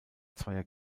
zweier